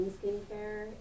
skincare